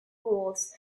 rules